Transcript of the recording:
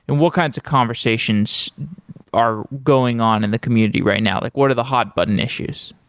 and what kinds of conversations are going on in the community right now? like what are the hot-button issues?